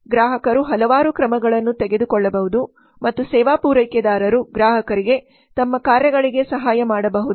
ಗ್ರಾಹಕರು ಹಲವಾರು ಕ್ರಮಗಳನ್ನು ತೆಗೆದುಕೊಳ್ಳಬಹುದು ಮತ್ತು ಸೇವಾ ಪೂರೈಕೆದಾರರು ಗ್ರಾಹಕರಿಗೆ ತಮ್ಮ ಕಾರ್ಯಗಳಿಗೆ ಸಹಾಯ ಮಾಡಬಹುದು